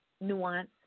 nuance